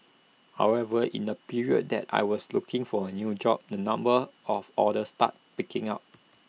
however in the period that I was looking for A new job the number of orders started picking up